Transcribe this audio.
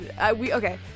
Okay